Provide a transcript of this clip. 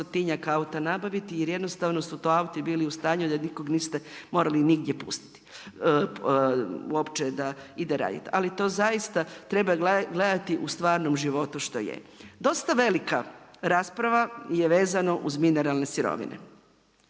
stotinjak auta nabaviti, jer jednostavno su to auti bili u stanju da nikog niste morali nigdje pustiti, uopće da ide raditi. Ali to zaista treba gledati u stvarnom životu što je. Dosta velika rasprava je vezano uz mineralne sirovine.